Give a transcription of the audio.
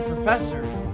professor